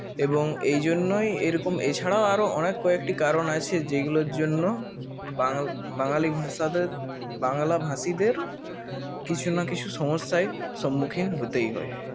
এবং এই জন্যই এইরকম এ ছাড়াও আরও অনেক কয়েকটি কারণ আছে যেগুলোর জন্য বাং বাঙালী ভাষাদের বাংলা ভাষীদের কিছু না কিছু সমস্যায় সম্মুখীন হতেই হয়